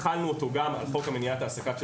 החלטנו אותו גם על חוק למניעת העסקה של